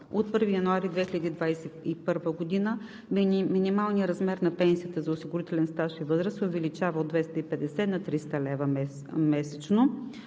от 1 януари 2021 г. минималният размер на пенсията за осигурителен стаж и възраст се увеличава от 250,00 лв. на 300,00 лв. месечно